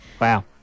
Wow